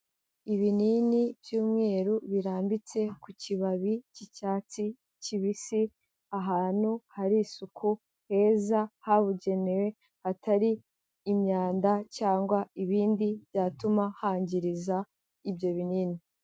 Ibinini by'umweru birambitse ku kibabi cy'icyatsi kibisi ahantu hari isuku heza habugenewe hatari imyanda cyangwa ibindi byatuma hangiza ibyo binini.